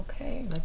Okay